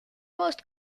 most